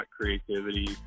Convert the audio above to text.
creativity